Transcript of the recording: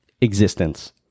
existence